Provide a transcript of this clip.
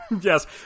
Yes